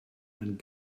and